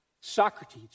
Socrates